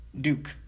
Duke